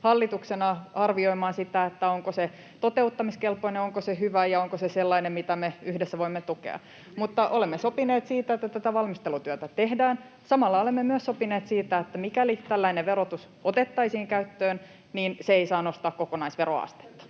hallituksena arvioimaan sitä, onko se toteuttamiskelpoinen, onko se hyvä ja onko se sellainen, mitä me yhdessä voimme tukea. Olemme sopineet siitä, että tätä valmistelutyötä tehdään. Samalla olemme myös sopineet, että mikäli tällainen verotus otettaisiin käyttöön, se ei saa nostaa kokonaisveroastetta,